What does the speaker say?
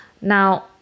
Now